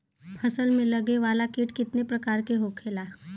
फसल में लगे वाला कीट कितने प्रकार के होखेला?